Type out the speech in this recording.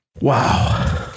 Wow